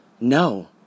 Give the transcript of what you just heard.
No